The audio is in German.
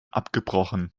abgebrochen